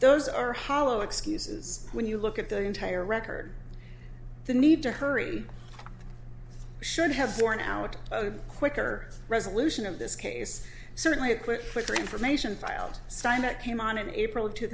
those are hollow excuses when you look at the entire record the need to hurry should have borne out quicker resolution of this case certainly a quick quicker information filed sign that came on in april of two